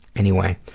anyway.